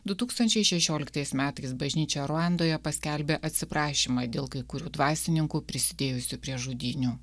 du tūkstančiai šešioliktais metais bažnyčia ruandoje paskelbė atsiprašymą dėl kai kurių dvasininkų prisidėjusių prie žudynių